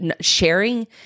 sharing